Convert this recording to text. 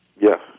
Yes